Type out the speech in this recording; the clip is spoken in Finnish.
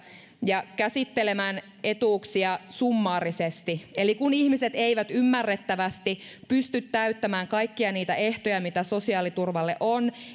ja käsittelemään etuuksia summaarisesti eli kun ihmiset eivät ymmärrettävästi pysty täyttämään kaikkia niitä ehtoja mitä sosiaaliturvalle on